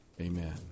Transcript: Amen